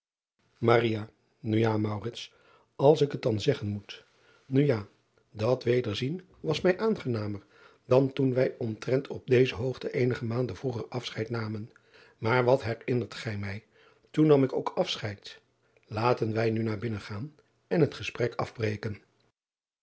u ja als ik het dan zeggen moet u ja dat wederzien was mij aangenamer dan toen wij omtrent op deze hoogte eenige maanden vroeger afscheid namen maar wat herinnert gij mij toen nam ik ook afscheid aten wij nu naar binnengaan en het gesprek afbreken